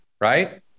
right